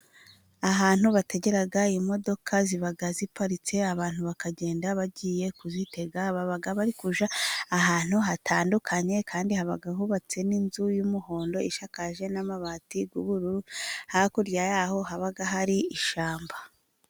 Ahantu bategera imodoka ziba ziparitse abantu bakagenda, bagiye kuzitega baba barajya ahantu hatandukanye, kandi haba hubatse n' inzu y' umuhondo isakaje n' amabati y' ubururu hakurya yaho haba hari ishyamba.